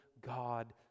God